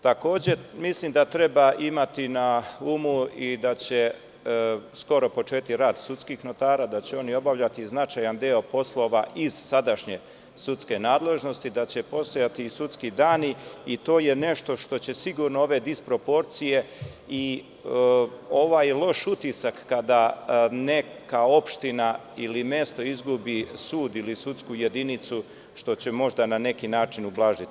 Takođe, mislim da treba imati na umu i da će skoro početi rad sudskih notara, da će oni obavljati značajan deo poslova iz sadašnje sudske nadležnosti, da će postojati i sudski dani i to je nešto što će sigurno ove disproporcije i ovaj loš utisak kada neka opština ili mesto izgubi sud ili sudsku jedinicu, što će možda na neki način ublažiti.